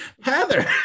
Heather